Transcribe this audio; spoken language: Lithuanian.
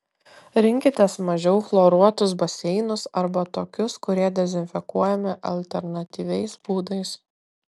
rinkitės mažiau chloruotus baseinus arba tokius kurie dezinfekuojami alternatyviais būdais